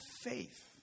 faith